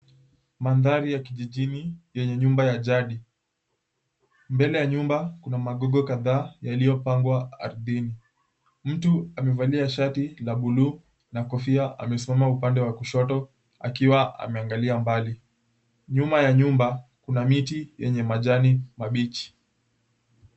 Mandhari ya kijijini yenye nyumba ya jadi. Mbele ya nyumba kuna magogo kadhaa yaliopangwa ardhini. Mtu amevalia shati la buluu na kofia amesimama upende wa kushoto akiwa ameangalia mbali. Nyuma ya nyumba kuna miti yenye majani mabichi.